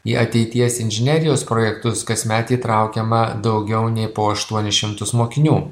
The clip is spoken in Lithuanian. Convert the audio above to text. į ateities inžinerijos projektus kasmet įtraukiama daugiau nei po aštuonis šimtus mokinių